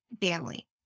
family